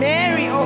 Mary